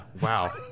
Wow